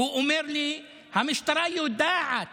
הוא אומר לי: המשטרה יודעת